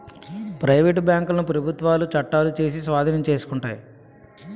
private బ్యాంకులను ప్రభుత్వాలు చట్టాలు చేసి స్వాధీనం చేసుకుంటాయి